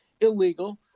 illegal